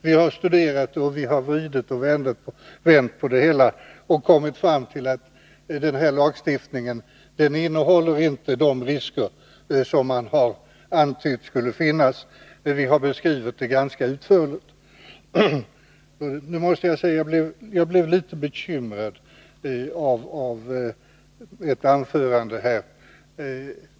Vi har vridit och vänt på det och kommit fram till att den här lagstiftningen inte inrymmer de risker som man har befarat. Vi har beskrivit det ganska utförligt. Jag blev litet bekymrad över ett anförande här.